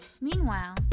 Meanwhile